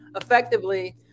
effectively